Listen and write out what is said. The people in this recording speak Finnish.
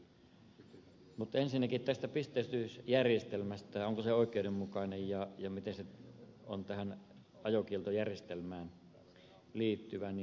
mutta ensinnäkin tästä pisteytysjärjestelmästä onko se oikeudenmukainen ja miten se on tähän ajokieltojärjestelmään liittyvä